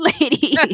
lady